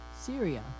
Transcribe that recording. Syria